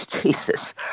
Jesus